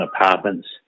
apartments